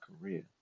career